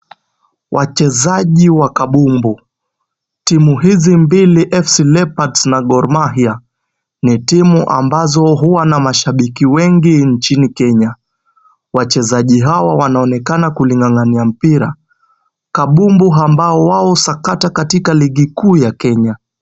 Wachezaji wa kambumbu. Timu hizi mbili FC leopards na Gor Mahia ni timu ambazo huwa na mashabiki wengi nchini Kenya. Wachezaji hawa wanaonekana kuling'ang'ania mpira. Kambumbu ambao wao husakata katika ligi kuu ya Kenya.